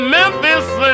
Memphis